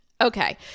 Okay